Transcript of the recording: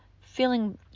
feeling